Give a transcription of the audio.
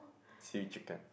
seaweed chicken